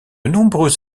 nombreux